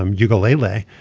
um ukulele.